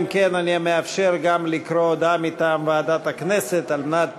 אני מאפשר גם לקרוא הודעה מטעם ועדת הכנסת על מנת